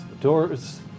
doors